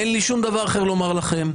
אין לי שום דבר אחר לומר לכם.